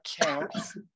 Counts